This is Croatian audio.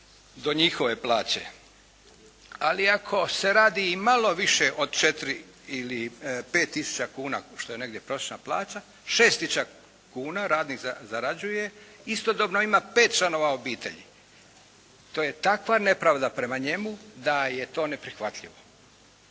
do njihove plaće. Ali ako se radi malo više od 4 ili 5 tisuća kuna, kao što je negdje prosječna plaća, 6 tisuća kuna radnik zarađuje, istodobno ima pet članova obitelji. To je takva nepravda prema njemu da je to neprihvatljivo.